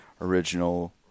original